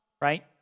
right